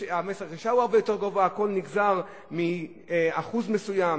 מס רכישה הרבה יותר גבוה, הכול נגזר מאחוז מסוים,